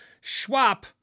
Schwab